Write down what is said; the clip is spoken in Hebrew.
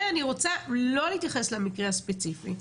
ואני רוצה לא להתייחס למקרה הספציפי,